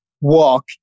walk